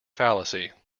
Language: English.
fallacy